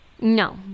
No